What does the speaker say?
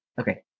Okay